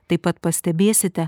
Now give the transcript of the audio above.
taip pat pastebėsite